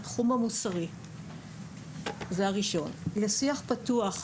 האחד: התחום המוסרי - לשיח פתוח,